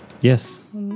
Yes